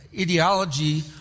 ideology